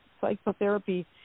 psychotherapy